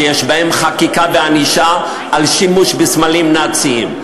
שיש בהן חקיקה וענישה על שימוש בסמלים נאציים?